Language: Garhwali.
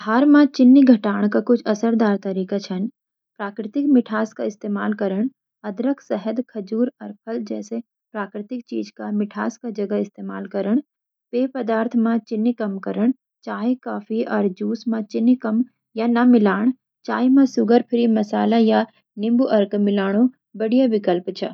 आहार मा चीनी घटाण का कुछ असरदार तरीका छन: प्राकृतिक मिठास का इस्तेमाल करण: अदरक, शहद, खजूर अर फल जैसे प्राकृतिक चीज का मिठास का जगह इस्तेमाल करण। पेय पदार्थ में चीनी कम करण: चाय, कॉफी अर जूस मा चीनी कम या ना मिलाण । चाय मा शुगर-फ्री मसाला या नीबू अर्क मिलाणु बधिया विकल्प छ।